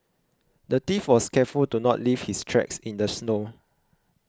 the thief was careful to not leave his tracks in the snow